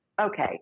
okay